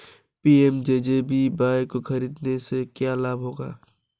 PMJJBY को खरीदने से क्या लाभ होगा?